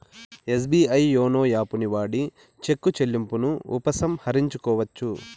SBI YONO యాపుని వాడి చెక్కు చెల్లింపును ఉపసంహరించుకోవచ్చు